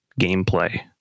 gameplay